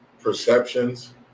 perceptions